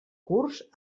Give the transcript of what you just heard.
curs